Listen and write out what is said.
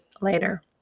later